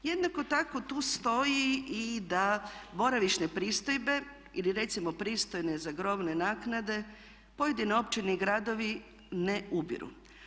Jednako tako tu stoji i da boravišne pristoje ili recimo pristojbe za grobne naknade pojedine općine i gradovi ne ubiru.